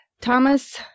Thomas